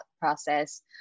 process